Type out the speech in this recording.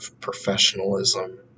professionalism